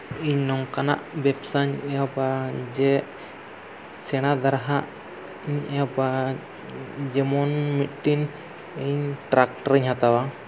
ᱤᱧ ᱱᱚᱝᱠᱟᱱᱟᱜ ᱵᱮᱵᱽᱥᱟᱧ ᱮᱦᱚᱵᱟ ᱡᱮ ᱥᱮᱬᱟ ᱫᱷᱟᱨᱟᱼᱟᱜ ᱤᱧ ᱮᱦᱚᱵᱟ ᱡᱮᱢᱚᱱ ᱢᱤᱫᱴᱟᱝ ᱤᱧ ᱴᱨᱟᱠᱴᱟᱨ ᱤᱧ ᱦᱟᱛᱟᱣᱟ